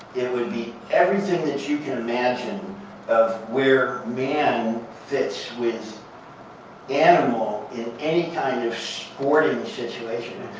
it would be everything that you can imagine of where man fits with animal in any kind of sporting situation,